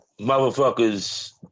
motherfuckers